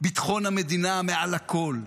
ביטחון המדינה מעל הכול,